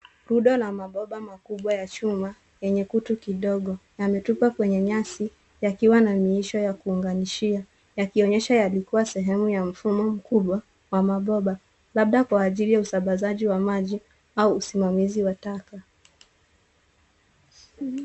Rundo la mabomba makubwa ya chuma yenye kutu kidogo yametupwa kwenye nyasi yakiwa na miisho ya kuunganishiwa yakionyesha yalikuwa sehemu ya mfumo mkubwa wa mabomba labda kuajiri usambazaji wa maji au usimamizi wa taka